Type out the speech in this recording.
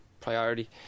priority